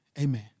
amen